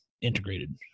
integrated